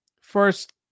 First